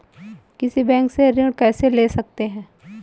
किसी बैंक से ऋण कैसे ले सकते हैं?